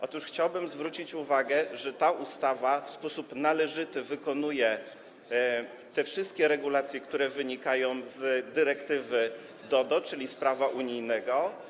Otóż chciałbym zwrócić uwagę, że ta ustawa w sposób należyty wykonuje te wszystkie regulacje, które wynikają z dyrektywy DODO, czyli z prawa unijnego.